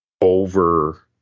over